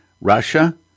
Russia